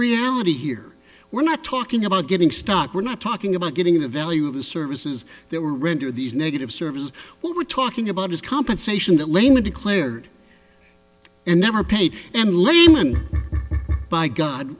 reality here we're not talking about getting stock we're not talking about getting the value of the services they were rendered these negative services what we're talking about is compensation that laneway declared and never paid and lehmann by god